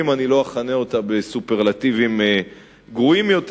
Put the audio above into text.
אני לא אכנה אותה בסופרלטיבים גרועים יותר,